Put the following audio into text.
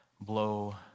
blow